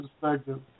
perspective